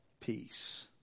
peace